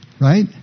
right